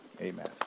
Amen